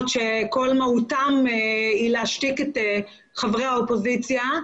שכל מהותם היא להשתיק את חברי האופוזיציה.